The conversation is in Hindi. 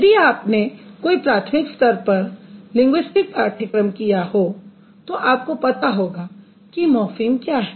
यदि आप ने प्राथमिक स्तर पर लिंगुइस्टिक पाठ्यक्रम किया होगा तो आपको पता होगा की मॉर्फ़िम क्या है